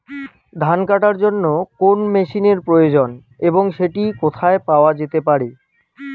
ধান কাটার জন্য কোন মেশিনের প্রয়োজন এবং সেটি কোথায় পাওয়া যেতে পারে?